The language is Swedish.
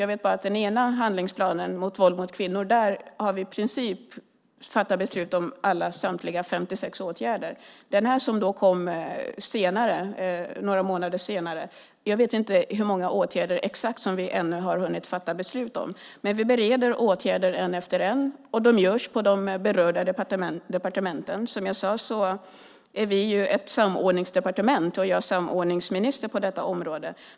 Jag vet bara att i den ena handlingsplanen mot våld mot kvinnor har vi i princip fattat beslut om samtliga 56 åtgärder. I det som kom några månader senare vet jag inte exakt hur många åtgärder vi ännu har fattat beslut om. Men vi bereder åtgärderna en efter en. Det görs på de berörda departementen. Som jag sade är vi ett samordningsdepartement och jag är samordningsminister på detta område.